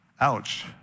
Ouch